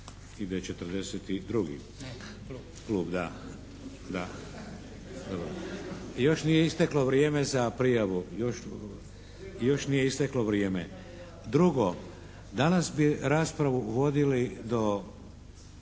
da. Dobro. Još nije isteklo vrijeme za prijavu, još nije isteklo vrijeme. Drugo, danas bi raspravu vodili do